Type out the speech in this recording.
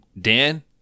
Dan